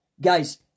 guys